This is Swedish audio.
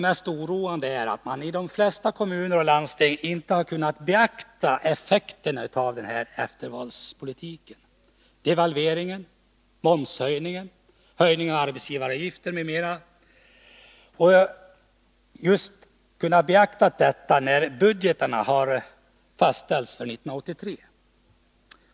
Mest oroande är att man i de flesta kommuner och landsting inte har kunnat beakta effekterna av eftervalspolitiken — devalvering, momshöjning, höjning av arbetsgivaravgifter m.m. — när budgetarna för 1983 fastställdes.